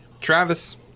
Travis